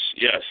Yes